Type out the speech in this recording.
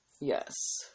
yes